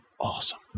awesome